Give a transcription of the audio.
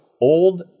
Old